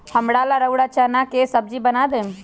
हमरा ला रउरा चना के सब्जि बना देम